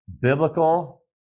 biblical